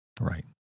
Right